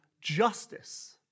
justice